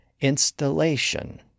INSTALLATION